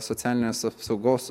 socialinės apsaugos